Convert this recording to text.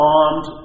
armed